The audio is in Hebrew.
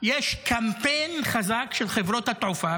יש קמפיין חזק של חברות התעופה,